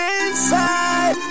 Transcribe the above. inside